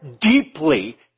deeply